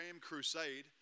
crusade